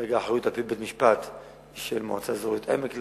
כרגע האחריות על-פי בית-משפט היא של המועצה האזורית עמק לוד.